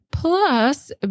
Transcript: plus